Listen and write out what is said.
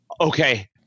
okay